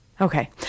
okay